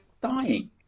dying